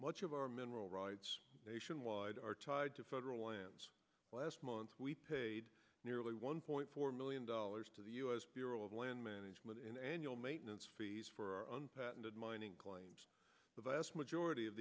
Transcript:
much of our mineral rights nationwide are tied to federal lands last month we paid nearly one point four million dollars to the u s bureau of land management and annual maintenance fees for patented mining claims the vast majority of